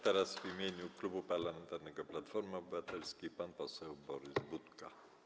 Teraz w imieniu Klubu Parlamentarnego Platforma Obywatelska pan poseł Borys Budka.